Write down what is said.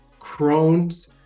Crohn's